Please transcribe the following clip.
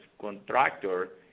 contractor